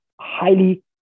highly